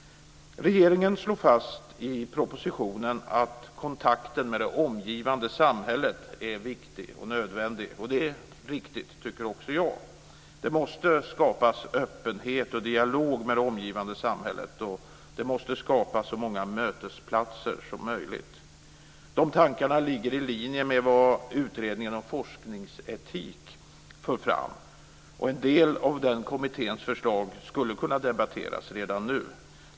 Regeringen slår i propositionen fast att kontakten med det omgivande samhället är viktig och nödvändig, och det tycker jag är riktigt. Det måste skapas öppenhet och dialog med det omgivande samhället, och det måste skapas så många mötesplatser som möjligt. De tankarna ligger i linje med vad utredningen om forskningsetik för fram, och en del av den kommitténs förslag skulle kunna debatteras redan nu.